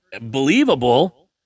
believable